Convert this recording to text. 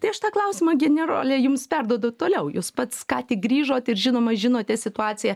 tai aš tą klausimą generole jums perduodu toliau jūs pats ką tik grįžot ir žinoma žinote situaciją